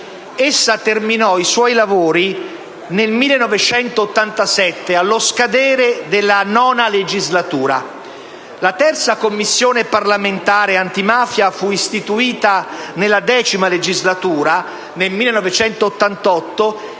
Essa terminò i suoi lavori nel 1987, allo scadere della IX legislatura. La terza Commissione parlamentare antimafia fu istituita nella X legislatura, con